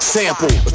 Sample